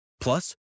Plus